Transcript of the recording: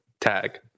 tag